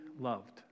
loved